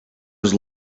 was